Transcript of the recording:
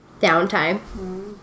downtime